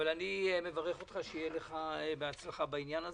אני מברך אותך שיהיה לך בהצלחה בעניין הזה.